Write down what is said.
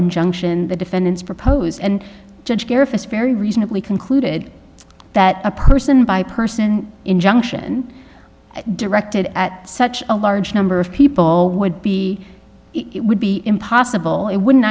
injunction the defendants propose and judge care if it's very reasonably concluded that a person by person injunction directed at such a large number of people would be would be impossible it wouldn't